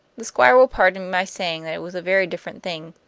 the squire will pardon my saying that it was a very different thing.